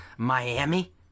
Miami